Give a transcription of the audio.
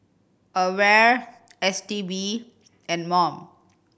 AWARE S T B and mom